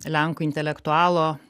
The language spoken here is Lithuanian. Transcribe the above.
lenkų intelektualo